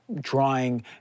drawing